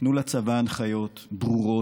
תנו לצבא הנחיות ברורות,